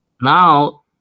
Now